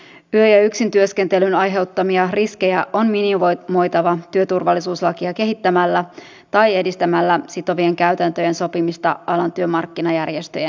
yö ja yksintyöskentelyn aiheuttamia riskejä on minimoitava työturvallisuuslakia kehittämällä tai edistämällä sitovien käytäntöjen sopimista alan työmarkkinajärjestöjen kesken